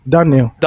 Daniel